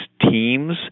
teams